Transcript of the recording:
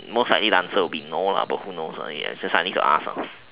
most likely the answer would be no lah but who knows ah I still need to ask ah